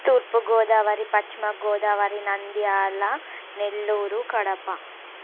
Thurpu Godavari Paschima Godavari Nandyal Nellore Kadapa